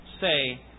say